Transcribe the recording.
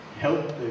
help